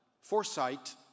foresight